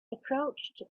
approached